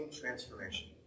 transformation